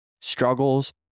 struggles